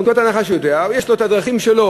מנקודת הנחה שהוא יודע, יש לו את הדרכים שלו